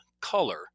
Color